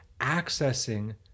accessing